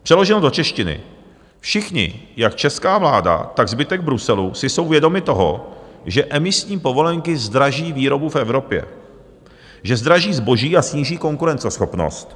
Přeloženo do češtiny, všichni, jak česká vláda, tak zbytek Bruselu, jsou si vědomi toho, že emisní povolenky zdraží výrobu v Evropě, že zdraží zboží a sníží konkurenceschopnost.